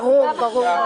ברור.